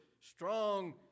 strong